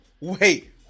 Wait